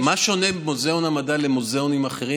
מה שונה מוזיאון המדע ממוזיאונים אחרים?